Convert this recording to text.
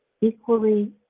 equally